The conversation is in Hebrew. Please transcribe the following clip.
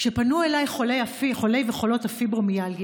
כשפנו אליי חולי וחולות הפיברומיאלגיה,